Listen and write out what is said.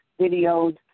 videos